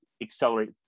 accelerate